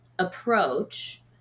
approach